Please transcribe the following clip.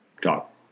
talk